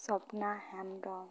Swapna Hembrom